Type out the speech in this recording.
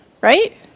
right